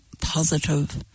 positive